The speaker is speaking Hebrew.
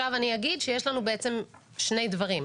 אני אומר שיש לנו בעצם שני דברים.